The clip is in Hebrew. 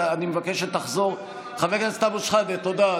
אני מבקש שתחזור, חבר הכנסת אבו שחאדה, תודה.